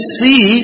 see